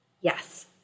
Yes